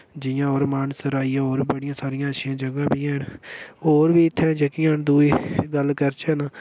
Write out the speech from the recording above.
जियां होर मानसर आई गेआ होर बाड़ियां सारियां अच्छियां जगह् बी हैन होर बी इत्थै जेह्कियां दुई गल्ल करचै तां